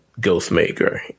Ghostmaker